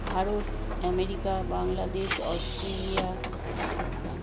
Bharat America Bangladesh Australia Pakistan